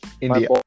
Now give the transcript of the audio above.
India